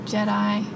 Jedi